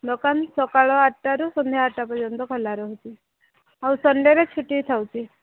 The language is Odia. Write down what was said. ଦୋକାନ ସକାଳ ଆଠଟାରୁ ସନ୍ଧ୍ୟା ଆଠଟା ପର୍ଯ୍ୟନ୍ତ ଖୋଲା ରହୁଛି ଆଉ ସଣ୍ଡେରେ ଛୁଟି ଥାଉଛି